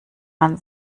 man